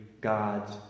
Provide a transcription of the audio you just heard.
God's